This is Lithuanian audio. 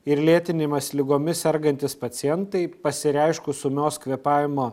ir lėtinėmis ligomis sergantys pacientai pasireiškus ūmios kvėpavimo